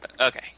Okay